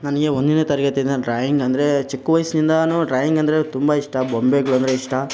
ನನಗೆ ಒಂದನೇ ತರಗತಿಯಿಂದ ಡ್ರಾಯಿಂಗಂದರೆ ಚಿಕ್ಕ ವಯಸ್ಸಿನಿಂದಾನು ಡ್ರಾಯಿಂಗಂದರೆ ತುಂಬ ಇಷ್ಟ ಬೊಂಬೆಗಳು ಅಂದ್ರೆ ಇಷ್ಟ